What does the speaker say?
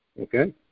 okay